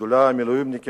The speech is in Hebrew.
שדולת המילואימניקים,